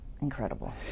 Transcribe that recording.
incredible